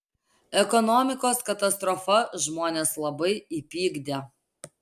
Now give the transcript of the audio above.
ekonomikos katastrofa žmones labai įpykdė